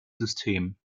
system